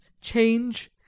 change